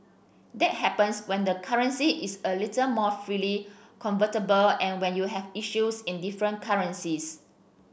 that happens when the currency is a little more freely convertible and when you have issues in different currencies